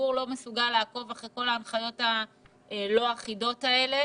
הציבור לא מסוגל לעקוב אחרי כל ההנחיות הלא-אחידות האלה.